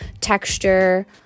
texture